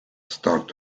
start